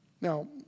Now